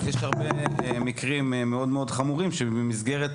יש הרבה מקרים מאוד מאוד חמורים שבמסגרת